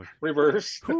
Reverse